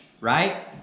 Right